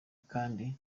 kandi